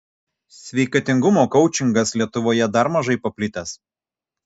sveikatingumo koučingas lietuvoje dar mažai paplitęs